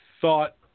thought